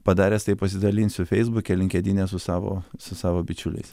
padaręs tai pasidalinsiu feisbuke linkedine su savo su savo bičiuliais